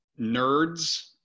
nerds